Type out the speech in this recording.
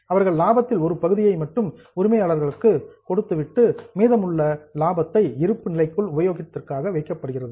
அவர்கள் லாபத்தில் ஒரு பகுதியை மட்டும் உரிமையாளர்களுக்கு கொடுக்கலாம் மற்றும் மீதமுள்ள லாபம் மீண்டும் இருப்புநிலைக்குள் உபயோகத்திற்காக வைக்கப்படுகிறது